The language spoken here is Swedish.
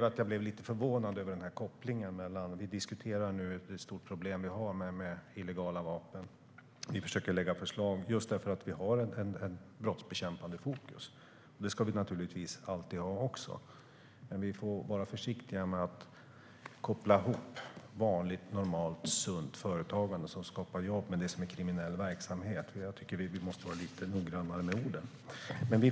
var att jag blev lite förvånad över kopplingen. Vi diskuterar det stora problemet med illegala vapen, och vi lägger fram förslag just för att vi har ett brottsbekämpande fokus. Det ska vi givetvis alltid ha, men vi får vara försiktiga med att koppla ihop vanligt sunt företagande som skapar jobb med kriminell verksamhet. Vi måste vara noggranna med orden.